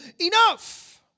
Enough